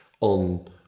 on